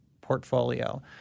portfolio